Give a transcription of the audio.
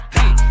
Hey